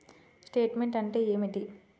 Statement అంటే ఏమిటి?